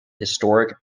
historic